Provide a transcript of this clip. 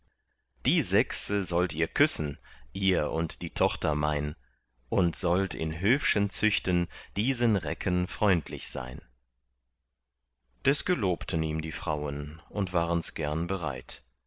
die sechse sollt ihr küssen ihr und die tochter mein und sollt in höfschen züchten diesen recken freundlich sein das gelobten ihm die frauen und warens gern bereit